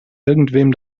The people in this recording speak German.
irgendwem